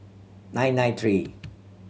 nine nine three